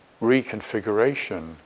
reconfiguration